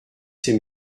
ces